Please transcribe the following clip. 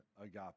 agape